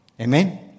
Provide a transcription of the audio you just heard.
Amen